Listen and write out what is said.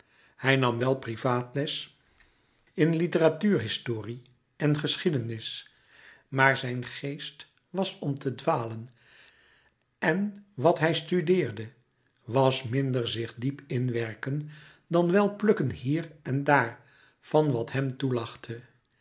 hij nam wel privaatles in litteratuurhistorie en geschiedenis maar zijn geest was om te dwalen en wat hij studeerde was minder zich diep inwerken dan wel plukken hier en daar van wat hem